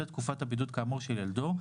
בשל תקופת הבידוד כאמור של ילדו,